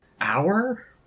hour